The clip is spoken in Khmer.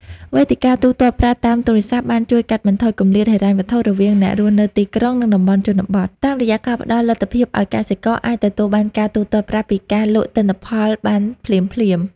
វេទិកាទូទាត់ប្រាក់តាមទូរស័ព្ទបានជួយកាត់បន្ថយគម្លាតហិរញ្ញវត្ថុរវាងអ្នករស់នៅទីក្រុង និងតំបន់ជនបទ តាមរយៈការផ្ដល់លទ្ធភាពឱ្យកសិករអាចទទួលបានការទូទាត់ប្រាក់ពីការលក់ទិន្នផលបានភ្លាមៗ។